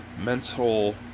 mental